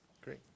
Great